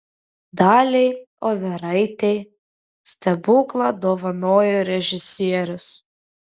daliai overaitei stebuklą dovanojo režisierius